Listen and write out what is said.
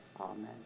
Amen